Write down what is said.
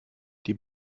die